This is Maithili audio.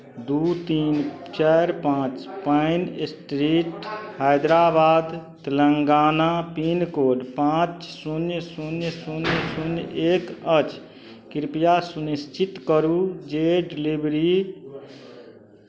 दू तीन चारि पाँच Pine Street Hyderabad Telangana pin code पाँच शून्य शून्य शून्य शून्य एक अछि कृपया सुनिश्चित करू जे डिलीवरी